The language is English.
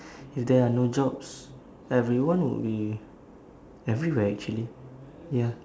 if there are no jobs everyone would be everywhere actually ya